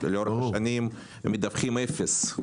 לאורך שנים הם מדווחים אפס.